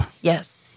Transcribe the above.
Yes